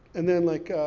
and then, like,